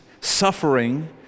suffering